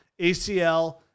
ACL